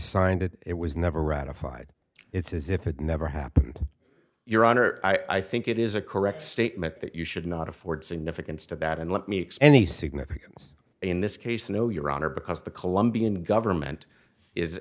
signed it it was never ratified it's as if it never happened your honor i think it is a correct statement that you should not afford significance to that and let me explain the significance in this case no your honor because the colombian government is